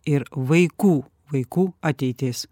ir vaikų vaikų ateitis